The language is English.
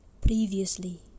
Previously